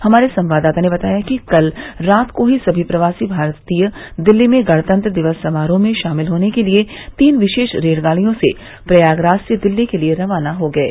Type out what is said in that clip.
हमारे संवाददाता ने बताया कि कल रात को ही सभी प्रवासी भारतीय दिल्ली में गणतंत्र दिवस समारोह में शामिल होने के लिये तीन विशेष रेलगाड़ियों से प्रयागराज से दिल्ली के लिये रवाना हो गये